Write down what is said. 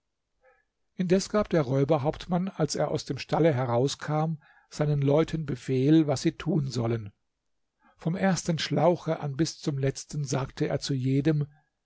indes gab der räuberhauptmann als er aus dem stalle herauskam seinen leuten befehl was sie tun sollen vom ersten schlauche an bis zum letzten sagte er zu jedem